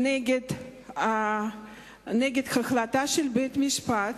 על החלטה של בית-המשפט